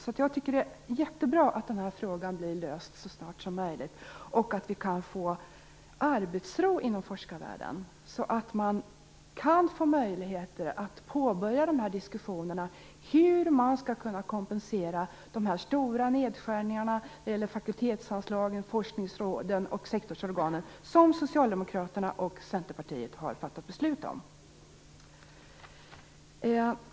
Jag tycker därför att det är bra att den här frågan blir löst så snart som möjligt. Det är bra att det blir arbetsro inom forskarvärlden så att vi får möjlighet att påbörja diskussionerna om hur man skall kompensera de stora nedskärningarna när det gäller fakultetsanslagen, forskningsråden och sektorsorganen, som Socialdemokraterna och Centerpartiet har fattat beslut om.